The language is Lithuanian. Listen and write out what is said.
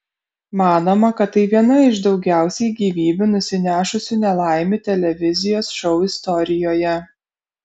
manoma kad tai viena iš daugiausiai gyvybių nusinešusių nelaimių televizijos šou istorijoje